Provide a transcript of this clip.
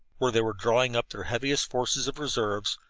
where they were drawing up their heaviest forces of reserves,